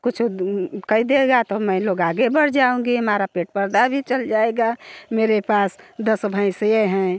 कुछ कह देगा तो मैं लोग आगे बढ़ जाऊँगी हमारा पेट परदा भी चल जाएगा मेरे पास दस भैंसे हैं